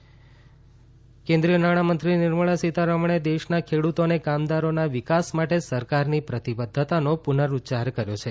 નાણામંત્રી સીતારમણ કેન્દ્રીય નાણાંમંત્રી નિર્મળા સીતારમણે દેશના ખેડુતો અને કામદારોના વિકાસ માટે સરકારની પ્રતિબદ્ધતાનો પુનરૂચ્યાર કર્યો છે